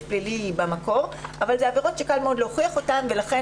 פלילי במקור אבל אלה עבירות שקל מאוד להוכיח אותן ולכן